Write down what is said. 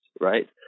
right